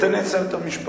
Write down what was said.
תן לי לסיים את המשפט.